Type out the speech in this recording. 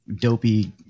dopey